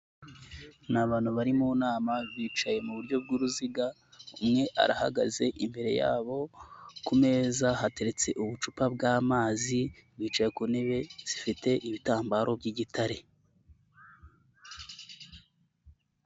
Ni abantu bari mu nama, bicaye mu buryo bw'uruziga, umwe arahagaze, imbere yabo ku meza hateretse ubucupa bw'amazi, bicaye ku ntebe zifite ibitambaro by'igitare.